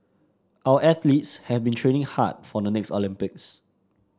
our athletes have been training hard for the next Olympics